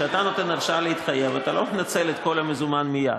כשאתה נותן הרשאה להתחייב אתה לא מנצל את כל המזומן מייד.